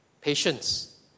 Patience